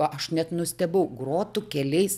aš net nustebau grotų keliais